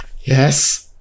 Yes